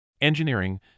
Engineering